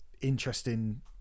interesting